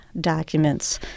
documents